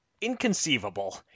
inconceivable